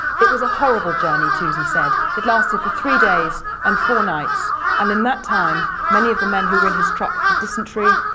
it was a horrible journey, toosey said. it lasted for three days and four nights and in that time many of the men who were in his truck had dysentery.